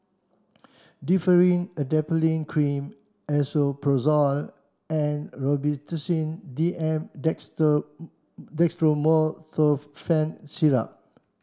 Differin Adapalene Cream Esomeprazole and Robitussin D M Dextromethorphan Syrup